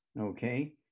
okay